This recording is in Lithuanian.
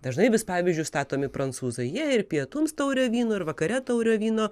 dažnai vis pavyzdžiui statomi prancūzai jie ir pietums taurę vyno ir vakare taurę vyno